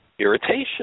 irritation